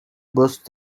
burst